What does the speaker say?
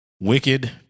wicked